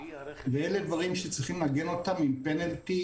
ואלה דברים שצריכים לעגן אותם עם סנקציה